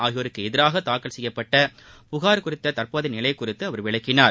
ஆகியோருக்கு எதிராக தாக்கல் செய்யப்பட்ட புகார் குறித்த தற்போதைய நிலை குறித்து அவர் விளக்கினார்